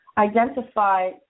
identify